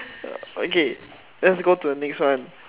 okay let's go to the next one